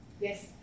Yes